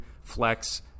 flex